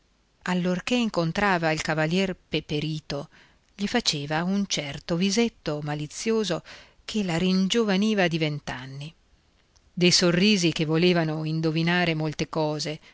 allorchè incontrava il cavalier peperito gli faceva un certo visetto malizioso che la ringiovaniva di vent'anni dei sorrisi che volevano indovinare molte cose